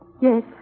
Yes